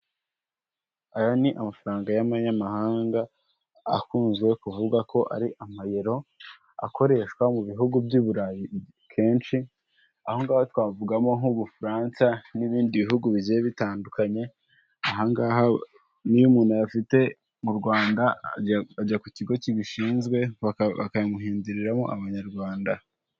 Aya ni amafaranga y'amanyamahanga akunze kuvuga ko ari amayero akoreshwa mu bihugu by'Iburayi kenshi aho ng'aho twavugamo nk'ubufaransa n'ibindi bihugu bigiye bitandukanye, aha ngaha iyo umuntu afite mu Rwanda ajya ku kigo kibishinzwe bakamuhinduriramo amanyarwanda.